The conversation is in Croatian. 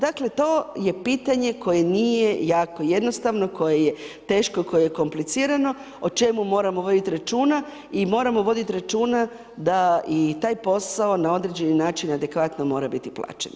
Dakle to je pitanje koje nije jako jednostavno, koje je teško, koje je komplicirano, o čemu moramo voditi računa i moramo vidjeti računa da i taj posao na određeni način adekvatno mora biti plaćen.